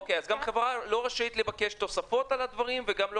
אז החברה לא רשאית לבקש תוספות על הדברים.